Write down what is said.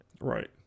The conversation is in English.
Right